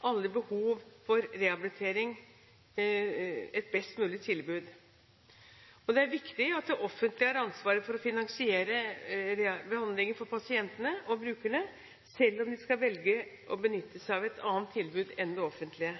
alle med behov for rehabilitering kan få et best mulig tilbud. Det er viktig at det offentlige har ansvaret for å finansiere behandlingen for pasientene og brukerne, selv om de skal velge å benytte seg av et annet tilbud enn det offentlige.